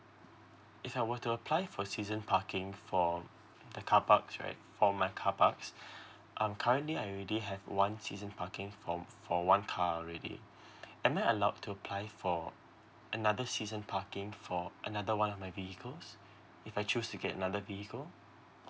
if I were to apply for season parking for the car parks right for my car parks um currently I already have one season parking from for one car already am I allowed to apply for another season parking for another one of my vehicles if I choose to get another vehicle